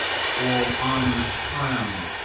all honors crown,